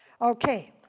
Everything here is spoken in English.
Okay